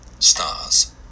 Stars